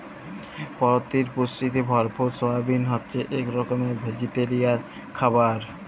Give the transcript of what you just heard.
পরটিল পুষ্টিতে ভরপুর সয়াবিল হছে ইক রকমের ভেজিটেরিয়াল খাবার